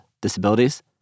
disabilities